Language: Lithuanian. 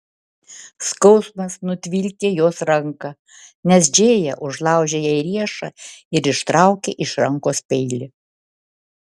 skausmas nutvilkė jos ranką nes džėja užlaužė jai riešą ir ištraukė iš rankos peilį